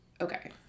Okay